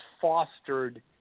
fostered